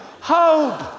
Hope